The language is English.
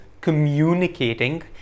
communicating